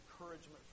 encouragement